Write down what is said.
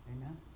Amen